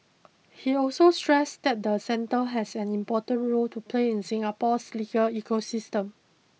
he also stressed that the centre has an important role to play in Singapore's legal ecosystem